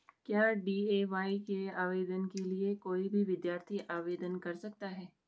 क्या डी.ए.वाय के आवेदन के लिए कोई भी विद्यार्थी आवेदन कर सकता है?